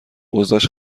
اوضاش